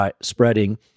spreading